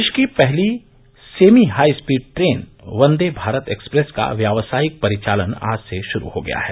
देश की पहली semi high speed train Vande Bharat express का व्यावसायिक परिचालन आज से शुरू हो गया है